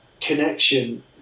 connection